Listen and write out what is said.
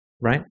right